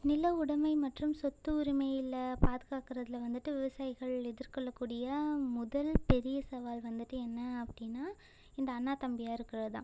நில உடமை மற்றும் சொத்து உரிமைகளை பாதுகாக்கறதில் வந்துட்டு விவசாயிகள் எதிர்கொள்ளக்கூடிய முதல் பெரிய சவால் வந்துட்டு என்ன அப்படினா இந்த அண்ணா தம்பியாக இருக்கிறது தான்